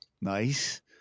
Nice